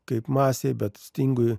kaip masei bet stingui